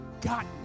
got